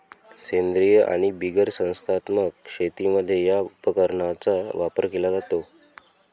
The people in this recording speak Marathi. सेंद्रीय आणि बिगर संस्थात्मक शेतीमध्ये या उपकरणाचा वापर केला जातो